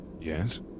yes